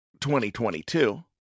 2022